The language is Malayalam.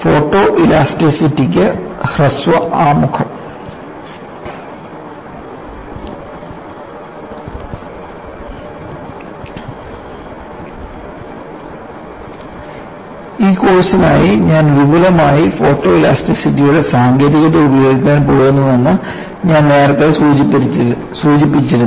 ഫോട്ടോ ഇലാസ്റ്റിസിറ്റിക്ക് ഹ്രസ്വ ആമുഖം ഈ കോഴ്സിനായി ഞാൻ വിപുലമായി ഫോട്ടോ ഇലാസ്റ്റിസിറ്റിയുടെ സാങ്കേതികത ഉപയോഗിക്കാൻ പോകുന്നുവെന്ന് ഞാൻ നേരത്തെ സൂചിപ്പിച്ചിരുന്നു